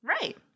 Right